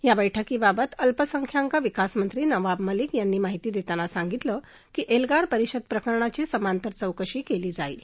या बैठकीबाबत अल्पसंख्यांक विकास मंत्री नवाब मलिक यांनी माहिती दक्षिना सांगितलं की एल्गार परिषद प्रकरणाची समांतर चौकशी कळी जाईल